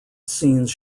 scenes